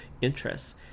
interests